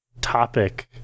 topic